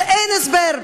שאין הסבר,